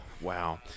wow